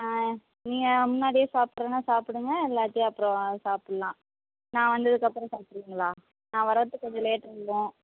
ஆ நீங்கள் முன்னாடியே சாப்பிட்றதுன்னா சாப்பிடுங்க இல்லாட்டி அப்புறம் சாப்பிட்லாம் நான் வந்ததுக்கப்புறம் சாப்பிறீங்களா நான் வரத்துக்கு கொஞ்சம் லேட் ஆகிடும்